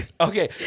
Okay